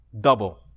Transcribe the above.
double